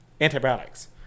antibiotics